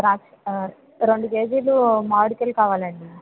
ద్రాక్ష రెండు కేజీలు మావిడికాయలు కావాలండి